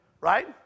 right